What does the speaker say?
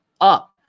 up